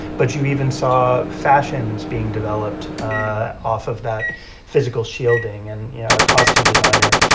but you even saw fashions being developed off of that physical shielding. and our costume designer,